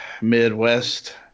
Midwest